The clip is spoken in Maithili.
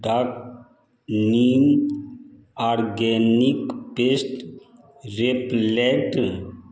duck neem organic paste repellent